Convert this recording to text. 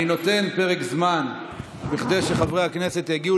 אני נותן פרק זמן כדי שחברי הכנסת יגיעו